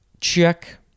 Check